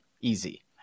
Easy